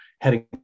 heading